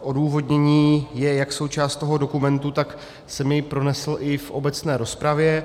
Odůvodnění je jak součástí toho dokumentu, tak jsem jej pronesl i v obecné rozpravě.